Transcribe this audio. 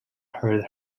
heard